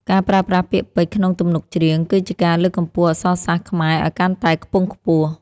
ការប្រើប្រាស់ពាក្យពេចន៍ក្នុងទំនុកច្រៀង គឺជាការលើកកម្ពស់អក្សរសាស្ត្រខ្មែរឱ្យកាន់តែខ្ពង់ខ្ពស់។